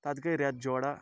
تَتھ گٔیے رٮ۪تھ چورا